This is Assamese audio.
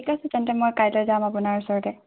ঠিক আছে তেন্তে মই কাইলৈ যাম আপোনাৰ ওচৰলৈ